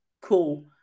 cool